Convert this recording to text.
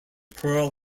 pearl